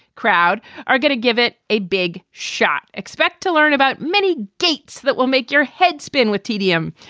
crowd are going to give it a big shot. expect to learn about many dates that will make your head spin with tedham.